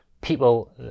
people